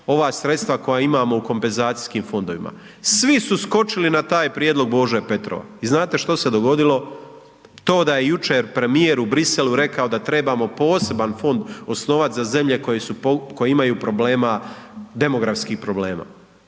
ova sredstva koja imamo u kompenzacijskim fondovima. Svi su skočili na taj prijedlog Bože Petrova i znate što se dogodilo? To da je jučer premijer u Briselu rekao da trebamo poseban fond osnovat za zemlje koje imaju problema, demografskih problema